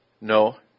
No